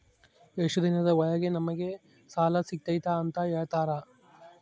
ಎಷ್ಟು ದಿನದ ಒಳಗೆ ನಮಗೆ ಸಾಲ ಸಿಗ್ತೈತೆ ಅಂತ ಹೇಳ್ತೇರಾ?